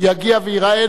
יגיע וייראה.